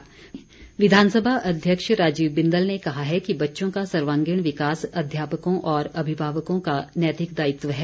बिंदल विधानसभा अध्यक्ष राजीव बिंदल ने कहा है कि बच्चों का सर्वागीण विकास अध्यापकों और अभिभावकों का नैतिक दायित्व है